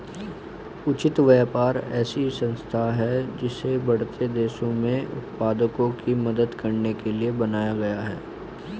उचित व्यापार ऐसी व्यवस्था है जिसे बढ़ते देशों में उत्पादकों की मदद करने के लिए बनाया गया है